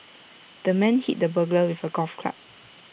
the man hit the burglar with A golf club